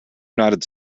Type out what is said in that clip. united